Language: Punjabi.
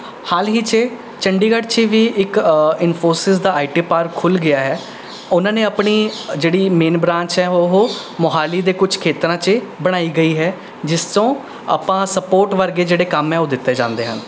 ਹਾਲ ਹੀ 'ਚ ਚੰਡੀਗੜ੍ਹ 'ਚ ਵੀ ਇੱਕ ਇਨਫੋਸਿਸ ਦਾ ਆਈਟੀ ਪਾਰਕ ਖੁੱਲ ਗਿਆ ਹੈ ਉਹਨਾਂ ਨੇ ਆਪਣੀ ਜਿਹੜੀ ਮੇਨ ਬਰਾਂਚ ਹੈ ਉਹ ਮੋਹਾਲੀ ਦੇ ਕੁਛ ਖੇਤਰਾਂ 'ਚ ਬਣਾਈ ਗਈ ਹੈ ਜਿਸ ਤੋਂ ਆਪਾਂ ਸਪੋਰਟ ਵਰਗੇ ਜਿਹੜੇ ਕੰਮ ਹੈ ਉਹ ਦਿੱਤੇ ਜਾਂਦੇ ਹਨ